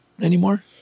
anymore